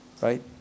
right